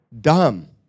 dumb